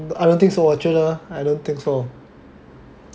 I don't think so 我觉得 I don't think so